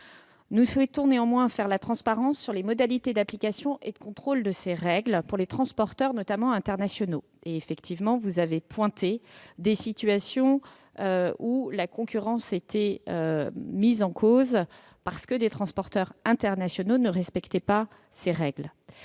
Nous souhaitons plus de transparence sur les modalités d'application et de contrôle de ces règles pour les transporteurs, notamment internationaux. Vous avez évoqué des situations où la concurrence est mise en cause, parce que des transporteurs internationaux ne respectent pas les règles.